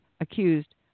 accused